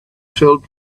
filled